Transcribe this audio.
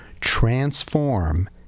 transform